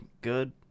good